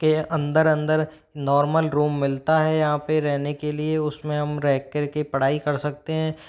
के अंदर अंदर नॉर्मल रूम मिलता है यहाँ पे रहने के लिए उसमें हम रह कर के पढ़ाई कर सकते है